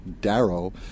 Darrow